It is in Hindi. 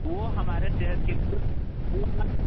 वो हमारे सेहत के लिए